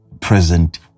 present